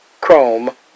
Chrome